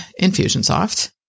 Infusionsoft